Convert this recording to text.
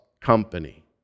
company